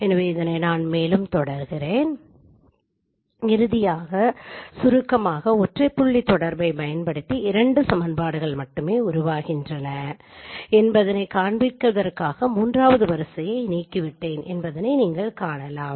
எனவே இதை நான் மேலும் தொடருகிறேன் எனவே இறுதியாக சுருக்கமாக ஒற்றை புள்ளி தொடர்பை பயன்படுத்தி இரண்டு சமன்பாடுகள் மட்டுமே உருவாகின்றன என்பதைக் காண்பிப்பதற்காக மூன்றாவது வரிசையை நீக்கிவிட்டேன் என்பதை நீங்கள் காணலாம்